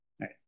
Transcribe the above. right